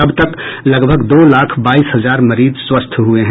अब तक लगभग दो लाख बाईस हजार मरीज स्वस्थ हुए हैं